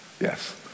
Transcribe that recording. yes